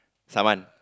summon